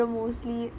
mostly